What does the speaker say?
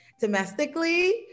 domestically